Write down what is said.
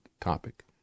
topic